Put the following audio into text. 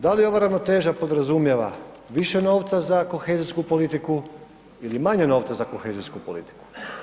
Da li ova ravnoteža podrazumijeva više novca za kohezijsku politiku ili manje novca za kohezijsku politiku?